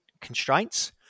constraints